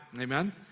Amen